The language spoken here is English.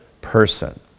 person